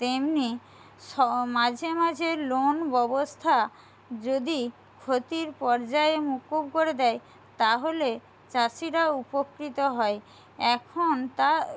তেমনি মাঝে মাঝে লোন ব্যবস্থা যদি ক্ষতির পর্যায়ে মুকুব করে দেয় তাহলে চাষিরা উপকৃত হয় এখন তা